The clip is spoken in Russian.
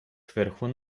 кверху